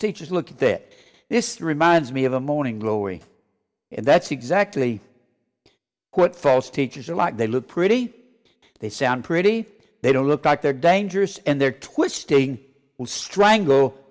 teachers look at it this reminds me of a morning glory and that's exactly what false teachers are like they look pretty they sound pretty they don't look like they're dangerous and they're twisting will strangle